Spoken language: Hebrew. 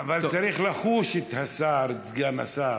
להכניס אותו לצרות?